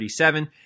37